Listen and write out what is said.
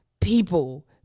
people